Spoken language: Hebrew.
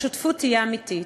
השותפות תהיה אמיתית